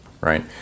right